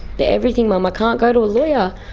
the everything mum, i can't go to a lawyer!